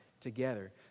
together